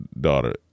daughter